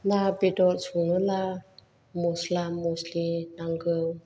ना बेदर सङोला मस्ला मस्लि नांगौ